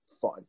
fun